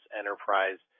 enterprise